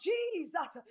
Jesus